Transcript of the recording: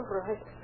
right